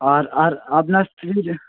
আর আর আপনার স্ত্রীর